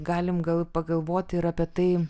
galim gal pagalvoti ir apie tai